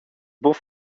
buca